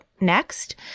next